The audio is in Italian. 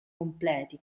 completi